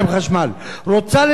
רוצה למכור את המוצר שלה,